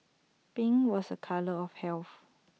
pink was A colour of health